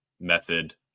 method